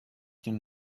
den